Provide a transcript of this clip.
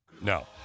No